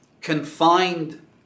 confined